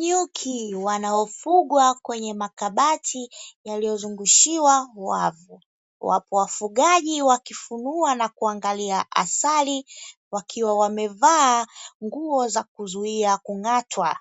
Nyuki wanaofugwa kwenye makabati yaliyozungushiwa wavu, wapo wafugaji wakifunua na kuangalia asali, wakiwa wamevaa nguo za kuzuia kung'atwa